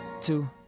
two